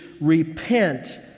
repent